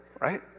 Right